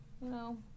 No